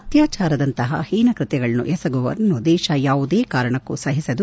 ಅತ್ಲಾಚಾರದಂತಹ ಹೀನ ಕೃತ್ಲಗಳನ್ನು ಎಸಗುವವರನ್ನು ದೇಶ ಯಾವುದೇ ಕಾರಣಕ್ಕೂ ಸಹಿಸದು